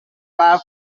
verb